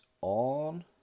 on